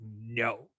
no